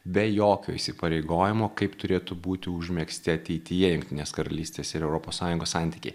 be jokio įsipareigojimo kaip turėtų būti užmegzti ateityje jungtinės karalystės ir europos sąjungos santykiai